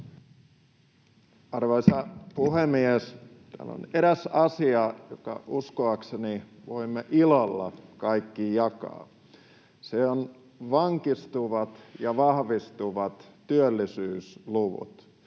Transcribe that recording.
Arvoisa puhemies! On eräs asia, jonka uskoakseni voimme ilolla kaikki jakaa. Se on vankistuvat ja vahvistuvat työllisyysluvut.